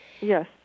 Yes